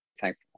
thankful